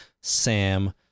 sam